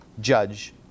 judge